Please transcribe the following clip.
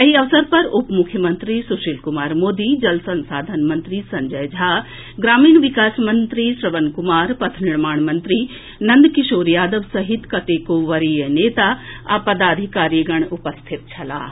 एहि अवसर पर उप मुख्यमंत्री सुशील कुमार मोदी जल संसाधन मंत्री संजय झा ग्रामीण विकास मंत्री श्रवण कुमार पथ निर्माण मंत्री नंद किशोर यादव सहित कतेको वरीय नेता आ पदाधिकारी उपस्थित छलाह